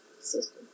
system